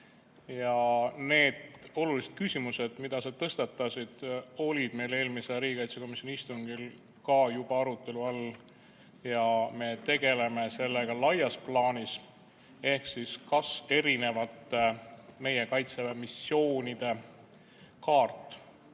Need olulised küsimused, mida sa tõstatasid, olid meil eelmise riigikaitsekomisjoni istungil ka juba arutelu all ja me tegeleme sellega laias plaanis. Ehk siis, kas erinevate meie Kaitseväe missioonide kaart